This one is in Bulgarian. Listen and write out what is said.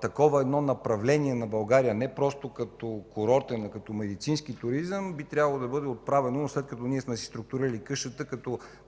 такова направление на България – не просто като курортен, а медицински туризъм, би следвало да бъде отправено, след като сме си структурирали къщата като